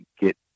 get